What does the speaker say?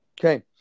Okay